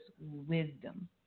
wisdom